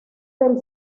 del